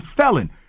felon